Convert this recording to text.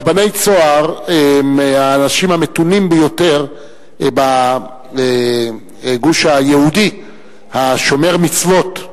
רבני "צהר" הם האנשים המתונים ביותר בגוש היהודי השומר מצוות,